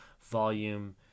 Volume